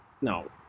no